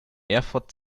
erfurt